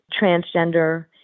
transgender